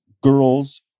girls